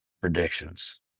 predictions